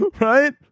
Right